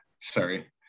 Sorry